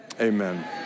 Amen